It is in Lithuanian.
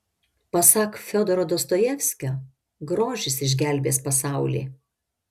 pasak fiodoro dostojevskio grožis išgelbės pasaulį